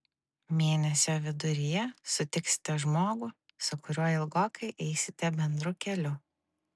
mėnesio viduryje sutiksite žmogų su kuriuo ilgokai eisite bendru keliu